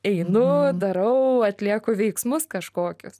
einu darau atlieku veiksmus kažkokius